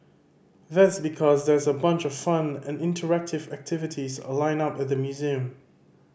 that's because there's a bunch of fun and interactive activities a lined up at the museum